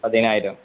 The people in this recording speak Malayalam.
പതിനായിരം